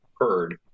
heard